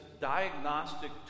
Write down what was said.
diagnostic